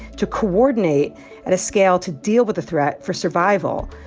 to coordinate at a scale to deal with threat for survival.